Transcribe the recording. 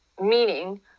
meaning